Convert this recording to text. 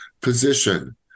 position